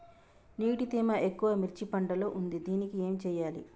నీటి తేమ ఎక్కువ మిర్చి పంట లో ఉంది దీనికి ఏం చేయాలి?